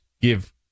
give